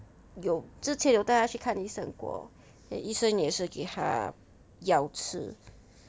有之前有带它去看医生过 then 医生也是给它药吃